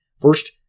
First